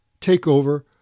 Takeover